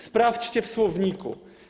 Sprawdźcie w słowniku.